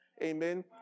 Amen